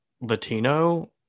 Latino